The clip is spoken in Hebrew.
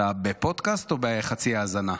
אתה בפודקאסט או בחצי האזנה?